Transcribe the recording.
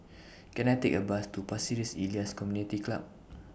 Can I Take A Bus to Pasir Ris Elias Community Club